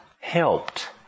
helped